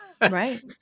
Right